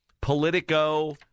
Politico